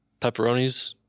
Pepperonis